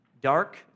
dark